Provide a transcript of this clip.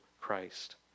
Christ